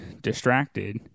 distracted